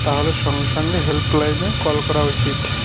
তাহলে সঙ্গে সঙ্গে হেল্পলাইনে কল করা উচিত